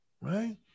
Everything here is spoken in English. right